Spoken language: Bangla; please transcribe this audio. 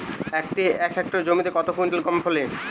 এক হেক্টর জমিতে কত কুইন্টাল গম ফলে?